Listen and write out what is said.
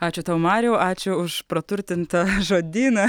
ačiū tau mariau ačiū už praturtintą žodyną